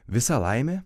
visa laimė